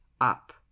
up